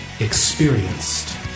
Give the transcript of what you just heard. experienced